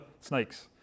snakes